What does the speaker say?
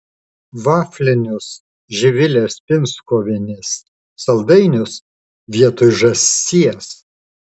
vaflinius živilės pinskuvienės saldainius vietoj žąsies